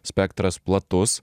spektras platus